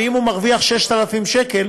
ואם הוא מרוויח 6,000 שקלים,